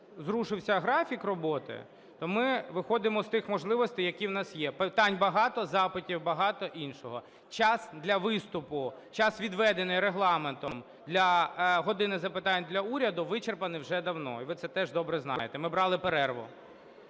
зрушився графік роботи, то ми виходимо з тих можливостей, які в нас є. Питань багато, запитів, багато іншого. Час для виступу... час, відведений Регламентом для "години запитань для Уряду", вичерпаний вже давно, і ви це теж добре знаєте, ми брали перерву.